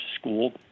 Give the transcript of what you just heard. school